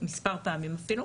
מספר פעמים אפילו,